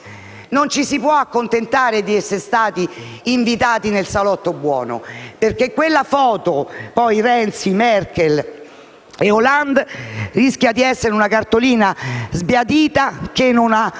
Non ci si può accontentare di essere stati invitati nel salotto buono, perché la foto che ritrae insieme Renzi, Merkel e Hollande rischia di essere una cartolina sbiadita che non avrà